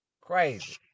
Crazy